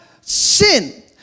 sin